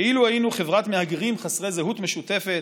כאילו היינו חברת מהגרים חסרי זהות משותפת,